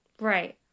Right